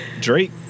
Drake